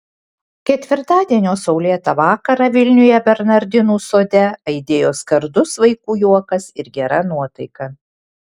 ketvirtadienio saulėtą vakarą vilniuje bernardinų sode aidėjo skardus vaikų juokas ir gera nuotaika